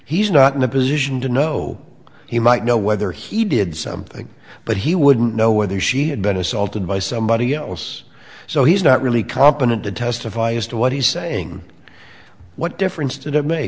he's not in a position to know he might know whether he did something but he wouldn't know whether she had been assaulted by somebody else so he's not really competent to testify as to what he's saying what difference